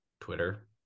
Twitter